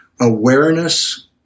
Awareness